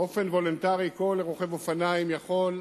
באופן וולונטרי כל רוכב אופניים יכול,